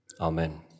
Amen